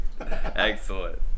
Excellent